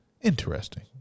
Interesting